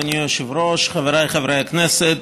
אדוני היושב-ראש, חבריי חברי הכנסת,